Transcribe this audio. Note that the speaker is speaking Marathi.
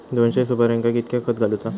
दोनशे सुपार्यांका कितक्या खत घालूचा?